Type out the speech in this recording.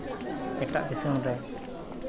ᱮᱴᱟᱜ ᱫᱤᱥᱚᱢ ᱨᱮ